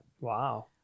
Wow